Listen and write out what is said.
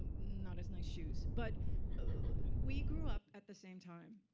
not as nice shoes, but we grew up at the same time,